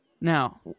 now